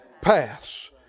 paths